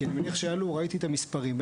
כי ראיתי את המספרים,